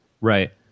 Right